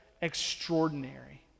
extraordinary